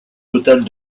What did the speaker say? totale